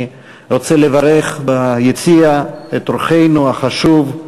אני רוצה לברך את אורחנו החשוב,